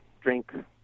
drink